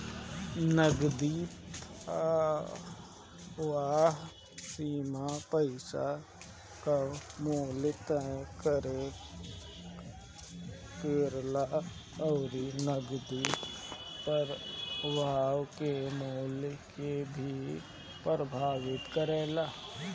नगदी प्रवाह सीमा पईसा कअ मूल्य तय करेला अउरी नगदी प्रवाह के मूल्य के भी प्रभावित करेला